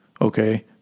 Okay